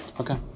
Okay